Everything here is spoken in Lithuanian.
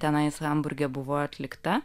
tenais hamburge buvo atlikta